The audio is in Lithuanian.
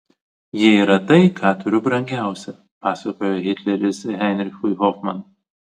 ji yra tai ką turiu brangiausia pasakojo hitleris heinrichui hofmanui